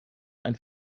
ein